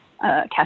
cash